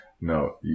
No